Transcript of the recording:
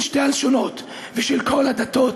של שתי הלשונות ושל כל הדתות,